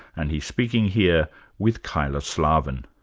and he's speaking here with kyla slaven.